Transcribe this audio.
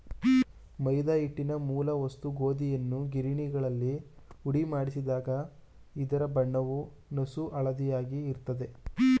ಮೈದಾ ಹಿಟ್ಟಿನ ಮೂಲ ವಸ್ತು ಗೋಧಿಯನ್ನು ಗಿರಣಿಗಳಲ್ಲಿ ಹುಡಿಮಾಡಿಸಿದಾಗ ಇದರ ಬಣ್ಣವು ನಸುಹಳದಿಯಾಗಿ ಇರ್ತದೆ